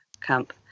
camp